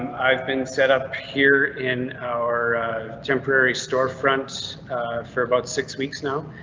i've been set up here in our temporary storefront for about six weeks now.